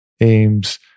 aims